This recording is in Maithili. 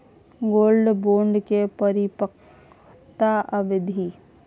गोल्ड बोंड के परिपक्वता अवधि?